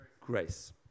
Grace